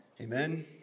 amen